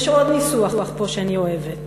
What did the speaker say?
יש עוד ניסוח פה שאני אוהבת: